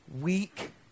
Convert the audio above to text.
weak